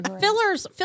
Fillers